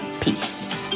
peace